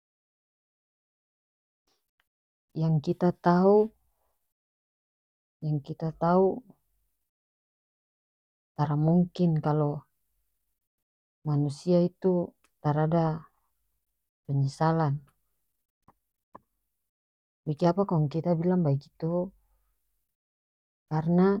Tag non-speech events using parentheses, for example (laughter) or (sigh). (noise) yang kita tau yang kita tau tara mungkin kalo manusia itu tarada penyesalan bikiapa kong kita bilang bagitu karena